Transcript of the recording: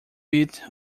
beat